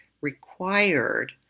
required